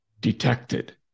detected